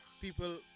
people